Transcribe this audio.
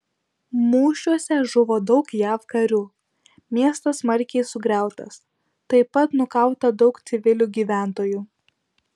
mūšiuose žuvo daug jav karių miestas smarkiai sugriautas taip pat nukauta daug civilių gyventojų